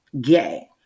gay